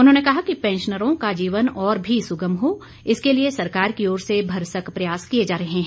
उन्होंने कहा कि पैंशनरों का जीवन और भी सुगम हो इसके लिए सरकार की ओर से भरसक प्रयास किए जा रहे हैं